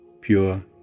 pure